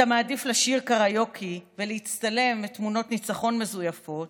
אתה מעדיף לשיר קריוקי ולהצטלם לתמונות ניצחון מזויפות